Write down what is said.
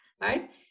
right